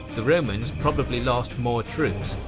the romans probably lost more troops,